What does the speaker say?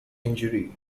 injury